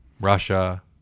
Russia